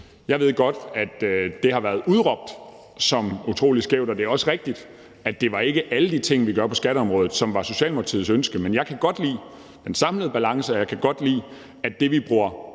Jeg ved godt, at det har været udråbt som utrolig skævt, og det er også rigtigt, at det ikke var alle de ting, vi gør på skatteområdet, som var Socialdemokratiets ønske, men jeg kan godt lide den samlede balance. Jeg kan godt lide, at det, vi bruger